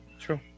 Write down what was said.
True